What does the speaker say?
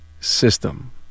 system